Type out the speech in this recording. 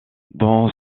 dans